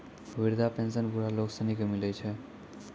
वृद्धा पेंशन बुढ़ा लोग सनी के मिलै छै